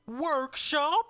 Workshop